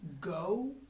go